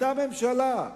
אותה ממשלה.